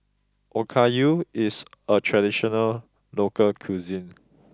Okayu is a traditional local cuisine